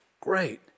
great